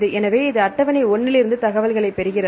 எனவே இது அட்டவணை 1 இலிருந்து தகவல்களைப் பெறுகிறதா